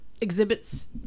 exhibits